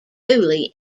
dooley